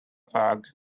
fag